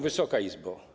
Wysoka Izbo!